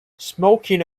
smoking